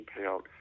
payout